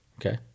Okay